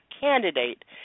candidate